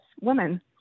woman